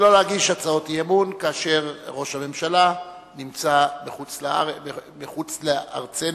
שלא להגיש הצעות אי-אמון כאשר ראש הממשלה נמצא מחוץ לארצנו,